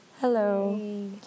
hello